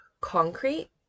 concrete